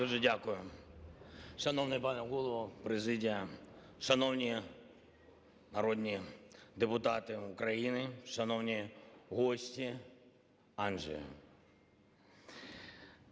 Дуже дякую. Шановний пане Голово, президія! Шановні народні депутати України! Шановні гості, Анджей!